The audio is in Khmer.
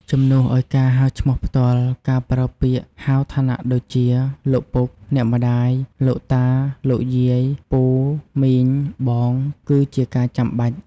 ជំនួសឲ្យការហៅឈ្មោះផ្ទាល់ ការប្រើពាក្យហៅឋានៈដូចជា លោកពុក អ្នកម្ដាយ លោកតា លោកយាយ ពូ មីង បង គឺជាការចាំបាច់។